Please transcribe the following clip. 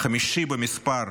חמישי במספר,